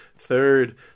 Third